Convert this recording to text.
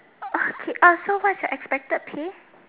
okay so what is your expected pay